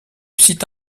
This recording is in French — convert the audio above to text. site